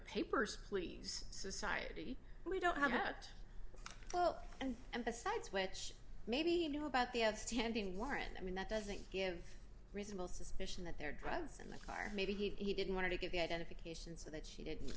papers please society we don't have that well and and besides which maybe you know about the outstanding warrant i mean that doesn't give reasonable suspicion that there are drugs in the car maybe he didn't want to get the identification so that she didn't